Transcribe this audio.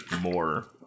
more